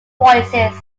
voices